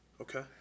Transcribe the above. Okay